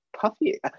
Puffy